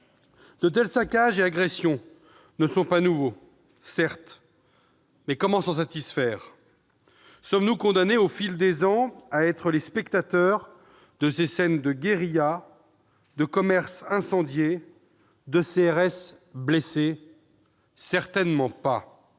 De tels saccages et agressions ne sont pas nouveaux. Certes, mais comment s'en satisfaire ? Sommes-nous condamnés au fil des ans à être les spectateurs de ces scènes de guérilla, de ces commerces incendiés, de ces CRS blessés ? Certainement pas !